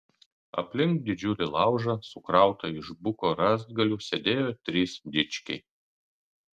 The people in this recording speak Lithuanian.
aplink didžiulį laužą sukrautą iš buko rąstgalių sėdėjo trys dičkiai